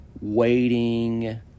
waiting